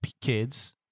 kids